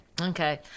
Okay